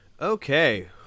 Okay